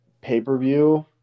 pay-per-view